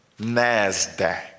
NASDAQ